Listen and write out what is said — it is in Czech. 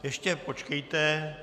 Ještě počkejte.